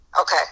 Okay